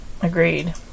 Agreed